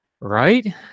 right